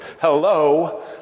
Hello